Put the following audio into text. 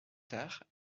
tard